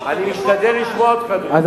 אני משתדל לשמוע אותך, אדוני.